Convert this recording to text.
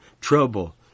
trouble